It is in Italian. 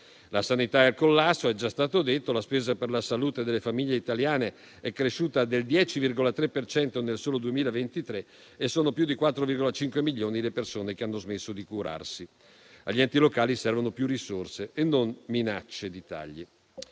La sanità è al collasso, com'è già stato detto, la spesa per la salute delle famiglie italiane è cresciuta del 10,3 per cento nel solo 2023 e sono più di 4,5 milioni le persone che hanno smesso di curarsi. Agli enti locali servono più risorse e non minacce di tagli.